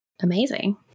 amazing